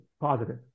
positive